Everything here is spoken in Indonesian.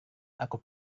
aku